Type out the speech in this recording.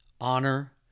honor